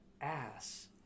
ass